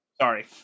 Sorry